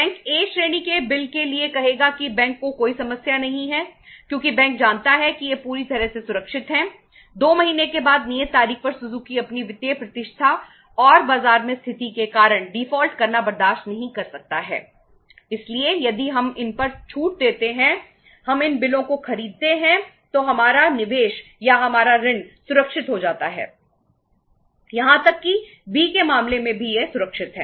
bank ए के मामले में भी यह सुरक्षित है